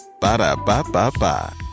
Ba-da-ba-ba-ba